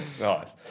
Nice